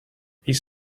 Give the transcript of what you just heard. these